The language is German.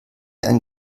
ein